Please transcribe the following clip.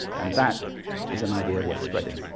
and that is an idea worth spreading.